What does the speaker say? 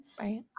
Right